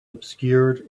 obscured